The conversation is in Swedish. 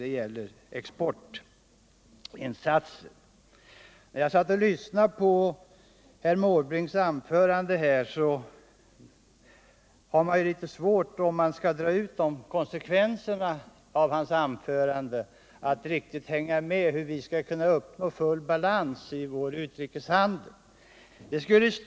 Efter att ha lyssnat till herr Måbrinks anförande har jag litet svårt att förstå hur han anser att vi skall kunna uppnå full balans i vår utrikeshandel.